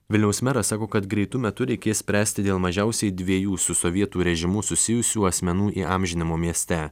vilniaus meras sako kad greitu metu reikės spręsti dėl mažiausiai dviejų su sovietų režimu susijusių asmenų įamžinimo mieste